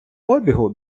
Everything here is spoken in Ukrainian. обігу